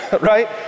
right